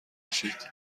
بکشید